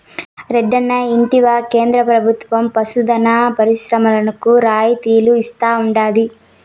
రెడ్డన్నా ఇంటివా కేంద్ర ప్రభుత్వం పశు దాణా పరిశ్రమలకు రాయితీలు ఇస్తా ఉండాది